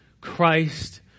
Christ